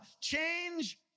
change